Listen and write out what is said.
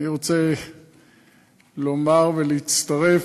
אני רוצה לומר ולהצטרף,